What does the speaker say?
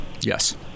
Yes